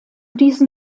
diesen